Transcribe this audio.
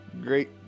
Great